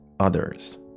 others